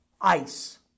ice